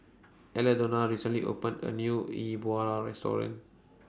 Aldona recently opened A New E Bua Restaurant